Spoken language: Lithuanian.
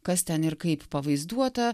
kas ten ir kaip pavaizduota